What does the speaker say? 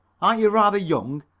arn't you rather young?